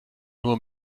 nur